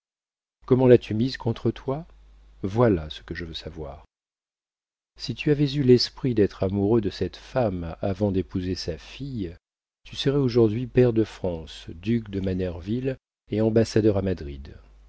comment l'as-tu mise contre toi voilà ce que je veux savoir si tu avais eu l'esprit d'être amoureux de cette femme avant d'épouser sa fille tu serais aujourd'hui pair de france duc de manerville et ambassadeur à madrid